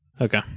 Okay